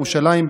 ירושלים,